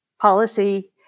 policy